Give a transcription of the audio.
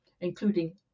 including